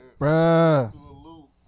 Bruh